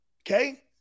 Okay